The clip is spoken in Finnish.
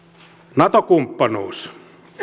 nato kumppanuus